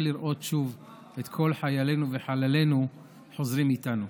לראות שוב את כל חיילינו וחללינו חוזרים איתנו.